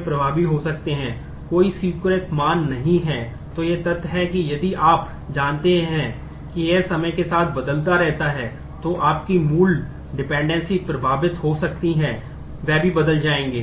प्रभावित हो सकती हैं वे भी बदल जाएंगे